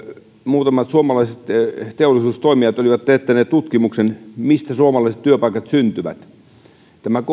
muutamat suomalaiset teollisuustoimijat olivat teettäneet tutkimuksen mistä suomalaiset työpaikat syntyvät tämä